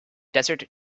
desert